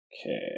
Okay